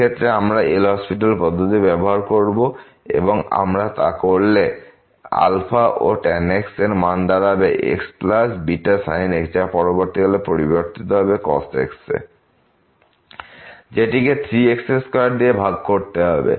এই ক্ষেত্রে আমরা এল হসপিটাল পদ্ধতি ব্যবহার করব এবং আমরা তা করলে ও tan x এরমান দাঁড়াবে x β sin x যা পরবর্তীকালে পরিবর্তিত হবে cos x এ যেটিকে 3 x2 দ্বারা ভাগ করতে হবে